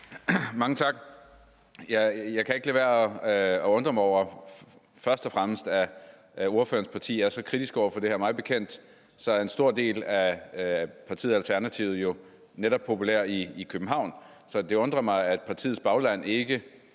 og fremmest ikke lade være med at undre mig over, at ordførerens parti er så kritisk over for det her. Mig bekendt er en stor del af partiet Alternativet jo netop populært i København. Så det undrer mig, at partiets bagland ikke